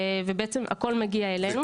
בעצם הכול מגיע אלינו.